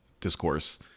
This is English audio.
discourse